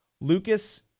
Lucas